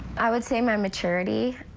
i would say my maturity.